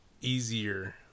easier